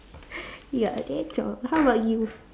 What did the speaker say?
ya that's all how about you